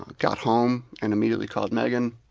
got home, and immediately called megan.